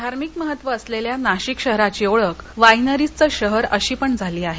धार्मिक महत्त्व असलेल्या नाशिक शहराची ओळख वाईनरीजच शहर अशी पण झाली आहे